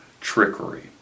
trickery